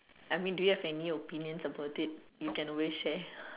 I mean do you have opinions about it you can always share